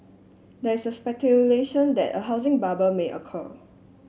there is speculation that a housing bubble may occur